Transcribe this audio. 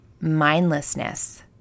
mindlessness